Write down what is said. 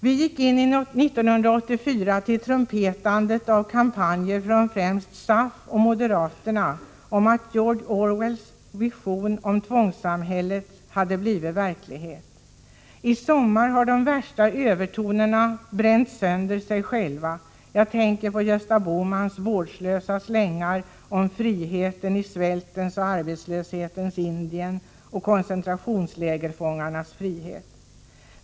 Vi gick in i år 1984 med trumpetstötar och kampanjer från främst SAF och moderaterna med budskapet att George Orwells vision av tvångssamhället hade blivit verklighet. I sommar har de värsta övertonerna bränt sönder sig själva. Jag tänker på Gösta Bohmans vårdslösa slängar om friheten i svältens och arbetslöshetens Indien och koncentrationslägerfångarnas frihet.